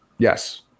Yes